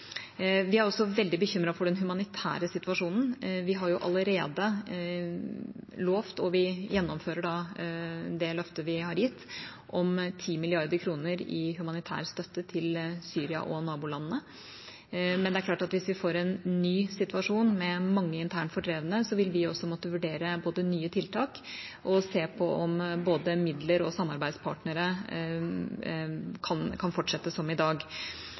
Vi er også veldig bekymret for den humanitære situasjonen. Vi har allerede lovet – og vi gjennomfører det løftet – 10 mrd. kr i humanitær støtte til Syria og nabolandene. Men hvis vi får en ny situasjon, med mange internt fordrevne, må vi også vurdere nye tiltak og se på om både midler og samarbeidspartnere kan fortsette som i dag.